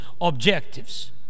objectives